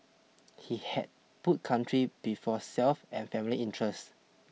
he had put country before self and family interest